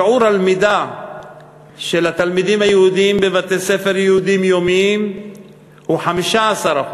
שיעור הלמידה של התלמידים היהודים בבתי-ספר יהודיים יומיים הוא 15%,